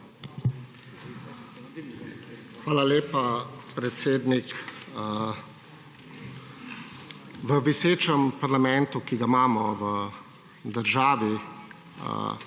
Hvala lepa, predsednik. V visečem parlamentu, ki ga imamo v državi,